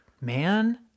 man